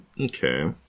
Okay